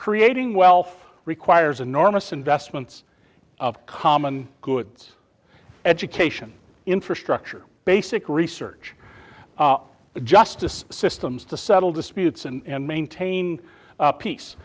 creating wealth requires enormous investments of common goods education infrastructure basic research the justice systems to settle disputes and maintain